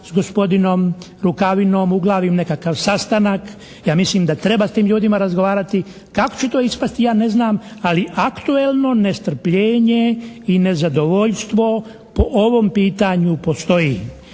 s gospodinom Rukavinom uglavim nekakav sastanak. Ja mislim da treba s tim ljudima razgovarati. Kako će to ispasti ja ne znam, ali aktuelno nestrpljenje i nezadovoljstvo po ovom pitanju postoji.